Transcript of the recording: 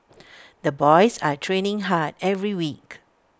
the boys are training hard every week